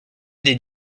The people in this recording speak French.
des